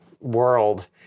world